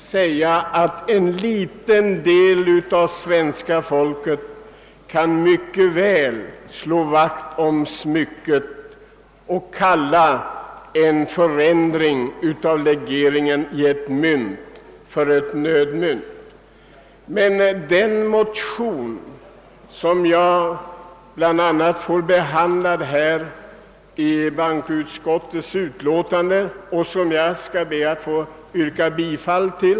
En liten del av svenska folket kan naturligtvis mycket väl slå vakt om smycken och kalla ett mynt för ett nödmynt om legeringen förändras. Den motion som jag väckt och till vilken jag yrkar bifall behandlas i bankoutskottets utlåtande nr 18.